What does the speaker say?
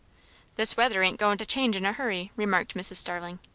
this weather ain't goin' to change in a hurry, remarked mrs. starling.